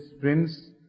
prince